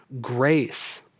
grace